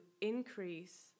increase